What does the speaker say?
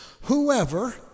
whoever